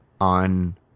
on